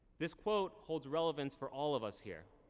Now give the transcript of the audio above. this quote holds relevance for all of us here.